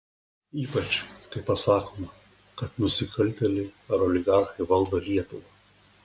ypač kai pasakoma kad nusikaltėliai ar oligarchai valdo lietuvą